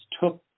took